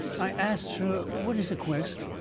i asts her what is a quest.